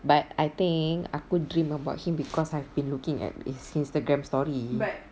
but I think aku dream about him because I've been looking at his instagram story